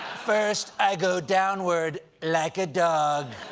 first, i go downward, like a dog!